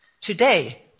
Today